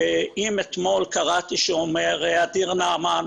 אם אתמול קראתי שאומר אדיר נעמן,